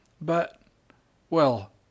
But—well